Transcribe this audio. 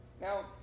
Now